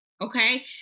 okay